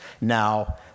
Now